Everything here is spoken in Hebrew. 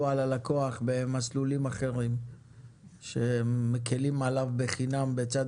על הלקוח במסלולים אחרים כאשר מקלים עליו בחינם בצד